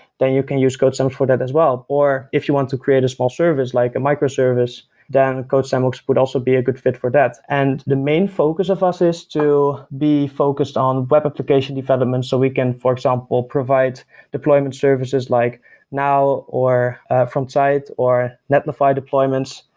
then you can use codesandbox for that as well. or if you want to create a small service, like a microservice then codesandbox would also be a good fit for that and the main focus of us is to be focused on web application development, so we can for example, provide deployment services like now, or from site, or netlify deployments.